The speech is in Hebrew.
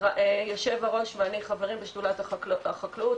יושב הראש ואני חברים בשדולת החקלאות,